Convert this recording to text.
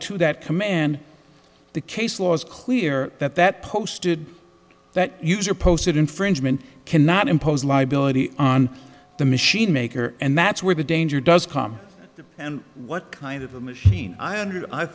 to that command and the case law is clear that that posted that user posted infringement cannot impose liability on the machine maker and that's where the danger does come and what kind of a machine i wondered i